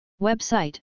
Website